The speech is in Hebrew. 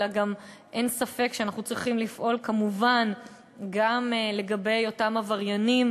אלא גם אין ספק שאנחנו צריכים לפעול כמובן גם לגבי אותם עבריינים